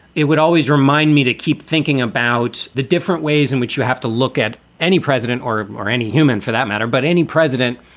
it would always remind me to keep thinking about the different ways in which you have to look at any president or or any human, for that matter. but any president,